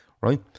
Right